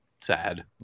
Sad